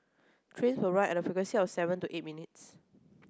trains will run at a frequency of seven to eight minutes